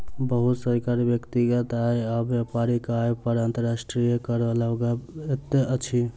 बहुत सरकार व्यक्तिगत आय आ व्यापारिक आय पर अंतर्राष्ट्रीय कर लगबैत अछि